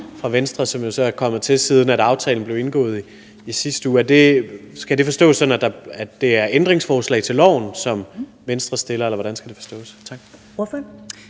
fra Venstre, som jo så er kommet til, siden aftalen blev indgået i sidste uge. Skal det forstås sådan, at det er et ændringsforslag til lovforslaget, som Venstre stiller, eller hvordan skal det forstås?